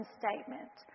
statement